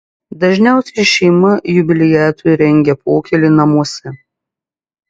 dažniausiai šeima jubiliatui rengia pokylį namuose